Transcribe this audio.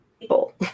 people